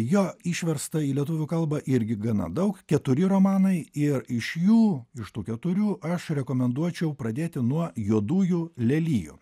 jo išversta į lietuvių kalbą irgi gana daug keturi romanai ir iš jų iš tų keturių aš rekomenduočiau pradėti nuo juodųjų lelijų